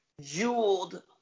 jeweled